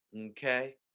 Okay